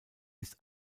ist